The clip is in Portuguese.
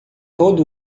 todo